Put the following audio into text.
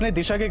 and disha